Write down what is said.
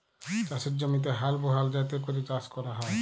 চাষের জমিতে হাল বহাল যাতে ক্যরে চাষ ক্যরা হ্যয়